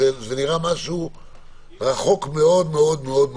זה נראה רחוק מאוד-מאוד.